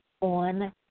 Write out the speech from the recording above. on